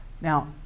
Now